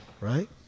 right